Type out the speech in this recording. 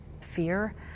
fear